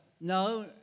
No